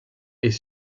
est